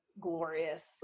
glorious